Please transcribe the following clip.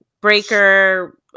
Breaker